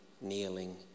kneeling